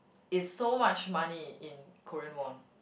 it's so much money in Korean won